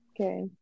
Okay